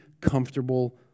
comfortable